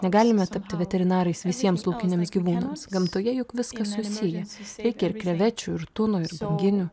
negalime tapti veterinarais visiems laukiniams gyvūnams gamtoje juk viskas susiję reikia ir krevečių ir tunų ir banginių